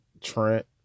Trent